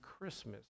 Christmas